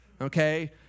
okay